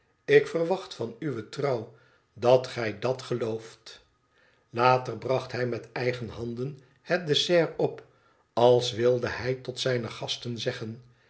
ik verwacht van uwe trouw dat gij dat gelooft later bracht hij met eigen handen het dessert op als wilde hij tot zijne gasten zeggen